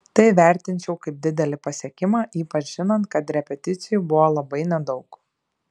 tai vertinčiau kaip didelį pasiekimą ypač žinant kad repeticijų buvo labai nedaug